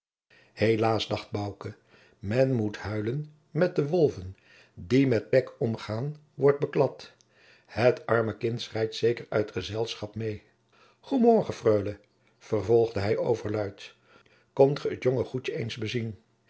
helaas dacht bouke men moet huilen met de wolven die met pek omgaat wordt beklad het arme kind schreit zeker uit gezelschap meê goê morgen freule vervolgde hij overluid komt ge het jonge goedje eens bezien